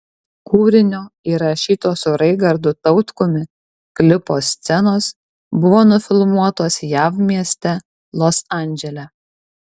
kūrinio įrašyto su raigardu tautkumi klipo scenos buvo nufilmuotos jav mieste los andžele